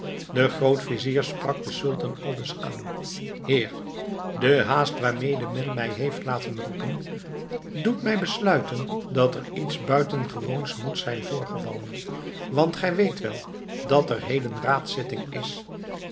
de grootvizier sprak den sultan aldus aan heer de haast waarmede men mij heeft laten roepen doet mij besluiten dat er iets buitengewoons moet zijn voorgevallen want gij weet wel dat er heden raadszitting is